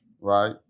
right